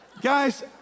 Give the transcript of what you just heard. Guys